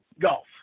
golf